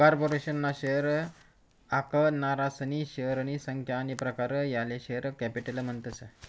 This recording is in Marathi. कार्पोरेशन ना शेअर आखनारासनी शेअरनी संख्या आनी प्रकार याले शेअर कॅपिटल म्हणतस